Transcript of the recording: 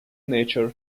nature